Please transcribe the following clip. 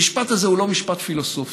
המשפט הזה הוא לא משפט פילוסופי,